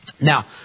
Now